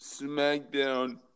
SmackDown